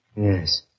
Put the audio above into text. Yes